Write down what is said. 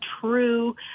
true